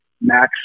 Max